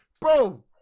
Bro